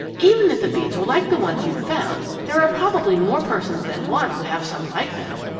even if the beads were like the ones you found there are probably more persons than one who have some like them.